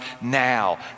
now